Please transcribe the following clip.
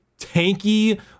tanky